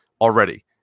already